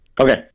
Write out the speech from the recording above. Okay